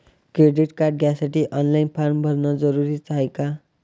Credit card घ्यासाठी online form भरन जरुरीच हाय का?